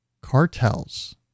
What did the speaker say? Cartels